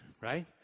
Right